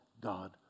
God